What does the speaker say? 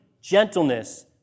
gentleness